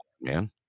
Man